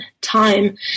time